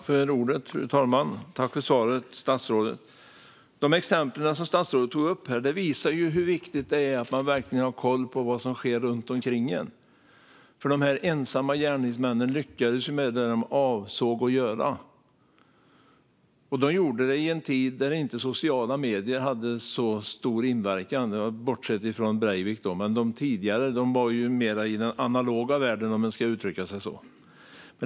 Fru talman! Tack, statsrådet, för svaret! De exempel som statsrådet tog upp visar hur viktigt det är att man verkligen har koll på vad som sker runt omkring. De ensamma gärningsmännen lyckades ju med vad de avsåg att göra. De gjorde det i en tid då sociala medier inte hade särskilt stor inverkan, bortsett från Breivik. De tidigare befann sig mer i den analoga världen, om man får uttrycka sig så.